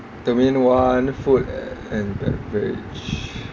domain one food and beverage